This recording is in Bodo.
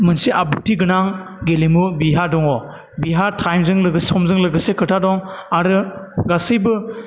मोनसे आब्रुथिगोनां गेलेमु बेहा दङ बेहा टाइमजों लोगोसे समजों लोगोसे खोथा दं आरो गासैबो